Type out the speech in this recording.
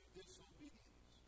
disobedience